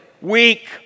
weak